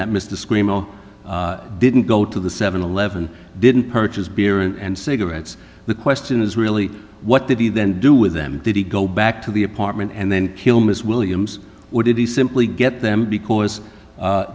that mr screamo didn't go to the seven eleven didn't purchase beer and cigarettes the question is really what did he then do with them did he go back to the apartment and then kill ms williams would it be simply get them because